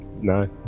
No